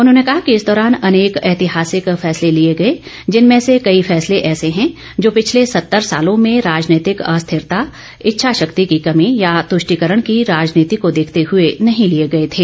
उन्होंने कहा कि इस दौरान अनेक ऐतिहासिक फैसले लिए गए जिनमें से कई फैसले ऐसे हैं जो पिछले सत्तर सालों में राजनैतिक अस्थितरता इच्छा शक्ति की कमी या तुष्टिकरण की राजनीति को देखते हुए नहीं लिए गए थे